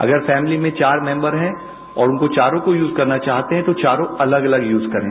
अगर फैमिली में चार मैम्बर है और उनको चारो को यूज करना चाहते है तो चारो अलग अलग यूज करें